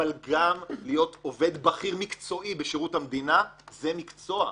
אבל גם להיות בכיר מקצועי בשירות המדינה זה מקצוע.